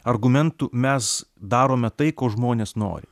argumentų mes darome tai ko žmonės nori